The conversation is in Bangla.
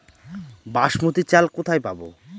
বাসমতী চাল কোথায় পাবো?